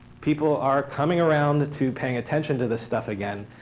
people are coming around to paying attention to this stuff again.